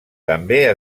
també